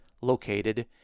located